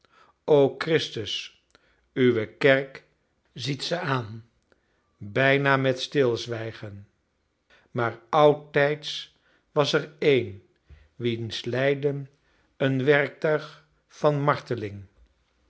o christus uwe kerk ziet ze aan bijna met stilzwijgen maar oudtijds was er een wiens lijden een werktuig van marteling